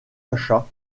achat